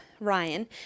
Ryan